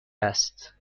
است